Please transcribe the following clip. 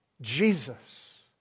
Jesus